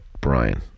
Brian